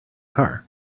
car